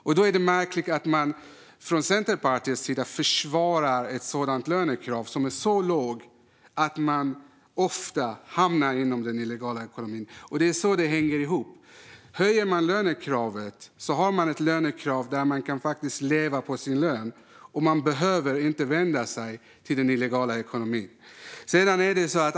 Därför är det märkligt att man från Centerpartiets sida försvarar ett sådant lönekrav, som är så lågt att människor ofta hamnar inom den illegala ekonomin. Det är så det hänger ihop. Om man höjer lönekravet får man ett lönekrav där människor kan leva på sin lön och inte behöver vända sig till den illegala ekonomin.